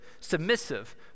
submissive